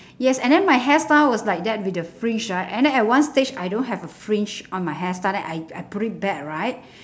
yes and then my hairstyle was like that with the fringe right and then at one stage I don't have a fringe on my hairstyle then I I put it back right